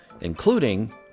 including